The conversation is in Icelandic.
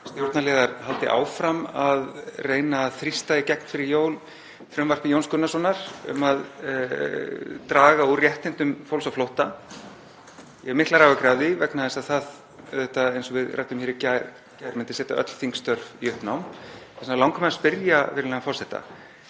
stjórnarliðar haldi áfram að reyna að þrýsta í gegn fyrir jól frumvarpi Jóns Gunnarssonar um að draga úr réttindum fólks á flótta. Ég hef miklar áhyggjur af því vegna þess að það myndi, eins og við ræddum hér í gær, setja öll þingstörf í uppnám. Þess vegna langar mig að spyrja virðulegan forseta: